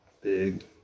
big